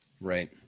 Right